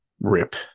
Rip